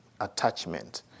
attachment